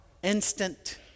instant